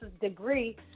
degree